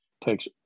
Takes